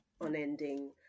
unending